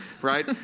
Right